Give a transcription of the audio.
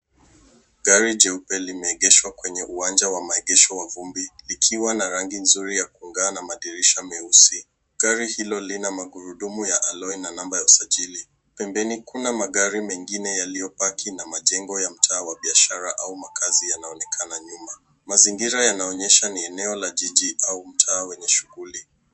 Gari jeupe limeegeshwa kwenye uwanja wa maegesho wa vumbi likiwa na rangi nzuri ya kung'aa na madirisha meusi. Gari hilo lina magurudumu ya aloi na namba ya usajili. Pembeni kuna magari mengine yaliyopaki na majengo ya mtaa wa biashara au makazi yanaonekana nyuma. Mazingira yanaonyesha ni eneo la jiji au mtaa wenye shughuli.